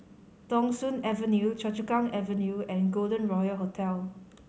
Thong Soon Avenue Choa Chu Kang Avenue and Golden Royal Hotel